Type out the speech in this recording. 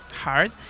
hard